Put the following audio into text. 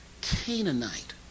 Canaanite